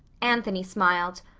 anthony smiled.